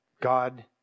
God